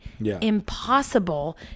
impossible